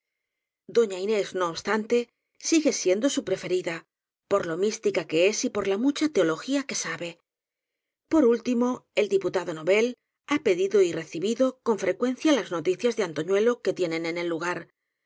doña inés no obstante sigue siendo su prefe rida por lo mística que es y por la mucha teología que sabe por último el diputado novel ha pedido y reci bido con frecuencia las noticias que de antoñuelo se tienen en el lugar